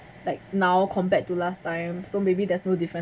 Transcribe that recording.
like now compared to last time so maybe there's no different